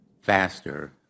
faster